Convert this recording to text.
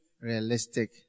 realistic